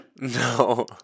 No